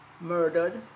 murdered